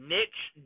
Niche